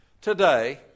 Today